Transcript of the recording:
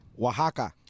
Oaxaca